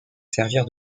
servir